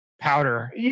powder